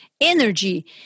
energy